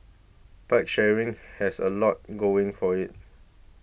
bike sharing has a lot going for it